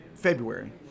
February